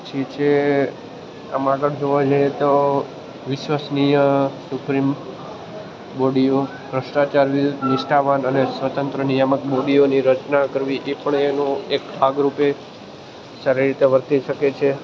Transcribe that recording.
પછી જે આમ આગળ જોવા જઈએ તો વિશ્વસનીય સુપ્રીમ બોડીઓ ભ્રષ્ટાચાર વિરુદ્ધ નિષ્ઠાવાન અને સ્વતંત્ર નિયામક બોડીઓની રચના કરવી એ પણ એનો એક ભાગરૂપે સારી રીતે વર્તી શકે છે